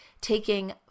taking